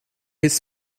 his